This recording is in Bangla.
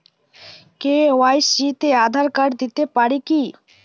কে.ওয়াই.সি তে আঁধার কার্ড দিতে পারি কি?